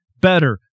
better